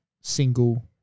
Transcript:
single